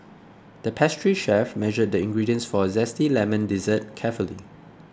the pastry chef measured the ingredients for a Zesty Lemon Dessert carefully